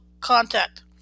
contact